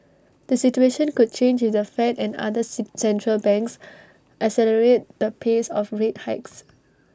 the situation could change if the fed and other C central banks accelerate the pace of rate hikes